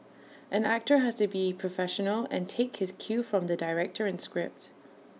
an actor has to be professional and take his cue from the director and script